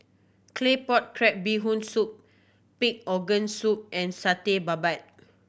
Claypot Crab Bee Hoon Soup pig organ soup and Satay Babat